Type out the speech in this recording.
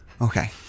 Okay